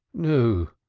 nu,